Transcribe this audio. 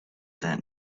that